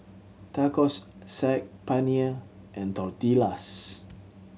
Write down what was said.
Tacos Saag Paneer and Tortillas